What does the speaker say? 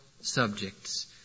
subjects